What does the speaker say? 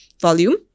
volume